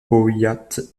powiat